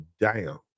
down